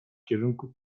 kierunku